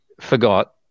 forgot